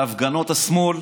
בהפגנות השמאל.